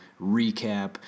recap